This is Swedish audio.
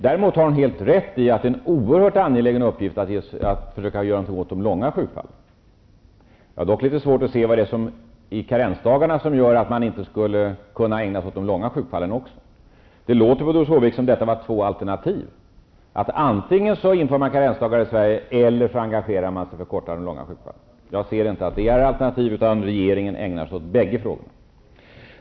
Däremot har hon helt rätt i att det är en oerhört angelägen uppgift att försöka göra något åt de långvariga sjukfallen. Jag har dock litet svårt att se vad det är i karensdagarna som gör att man inte också skulle kunna ägna sig åt de långvariga sjukfallen. Det låter på Doris Håvik som om detta vore två alternativ: antingen inför man karensdagar i Sverige, eller också engagerar man sig för korta och långa sjukfall. Jag ser det inte som alternativ, utan regeringen ägnar sig åt bägge frågorna.